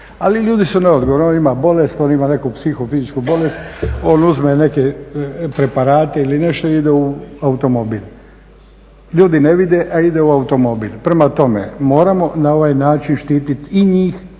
ali ljudi su neodgovorni. On ima bolest, on ima neku psihofizičku bolest, on uzme neke preparati ili nešto i ide u automobil, ljudi ne vide a idu u automobil. Prema tome, moramo na ovaj način štiti i njih